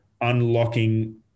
unlocking